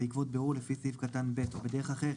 בעקבות בירור לפי סעיף קטן (ב) או בדרך אחרת,